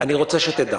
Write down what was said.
אני רוצה שתדע.